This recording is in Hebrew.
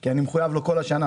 כי אני מחויב לו כל השנה,